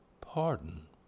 pardon